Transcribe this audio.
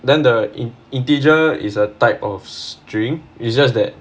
then the integer is a type of string is just that